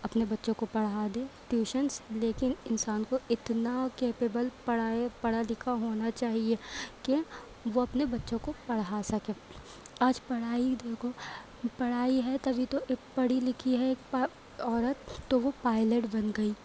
اپنے بچوں کو پڑھا دے ٹیوشنس لیکن انسان کو اتنا کیپیبل پڑھائے پڑھا لکھا ہونا چاہیے کہ وہ اپنے بچوں کو پڑھا سکے آج پڑھائی دیکھو پڑھائی ہے تبھی تو پڑھی لکھی ہے ایک عورت تو وہ پائلیٹ بن گئی